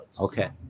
Okay